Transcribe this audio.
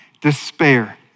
despair